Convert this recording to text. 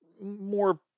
more